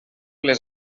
les